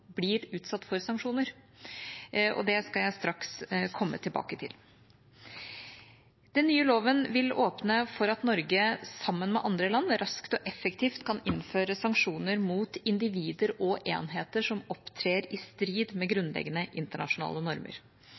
blir utsatt for sanksjoner. Det skal jeg straks komme tilbake til. Den nye loven vil åpne for at Norge sammen med andre land raskt og effektivt kan innføre sanksjoner mot individer og enheter som opptrer i strid med grunnleggende internasjonale normer.